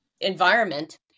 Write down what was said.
environment